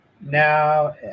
Now